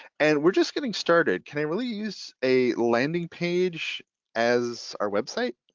and we're just getting started. can i really use a landing page as our website?